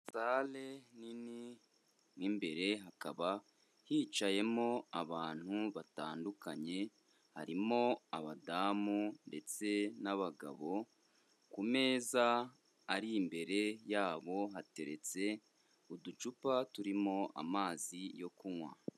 Sale nini mo imbere hakaba hicayemo abantu batandukanye, harimo abadamu ndetse n'abagabo, ku meza ari imbere yabo hateretse uducupa turimo amazi yo kunywa.